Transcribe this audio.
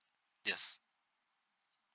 yes